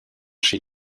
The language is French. chez